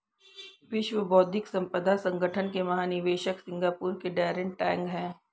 विश्व बौद्धिक संपदा संगठन के महानिदेशक सिंगापुर के डैरेन टैंग हैं